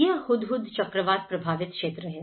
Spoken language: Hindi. यह हुदहुद चक्रवात प्रभावित क्षेत्र है